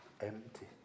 empty